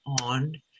on